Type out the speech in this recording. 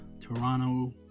Toronto